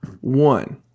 One